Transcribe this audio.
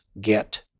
get